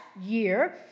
year